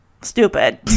stupid